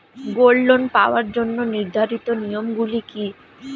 Gold loan পাওয়ার জন্য নির্ধারিত নিয়ম গুলি কি?